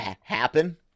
happen